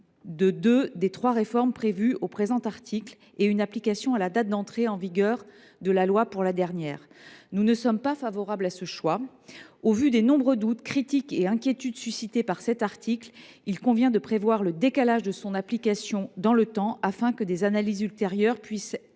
de deux des trois réformes prévues au présent article et une application à la date d’entrée en vigueur de la loi pour la dernière. Nous ne sommes pas favorables à un tel choix. Au vu des nombreux doutes, critiques et inquiétudes suscités par cet article, il convient de prévoir le décalage de son application dans le temps, afin que des analyses ultérieures puissent réellement